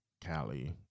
Cali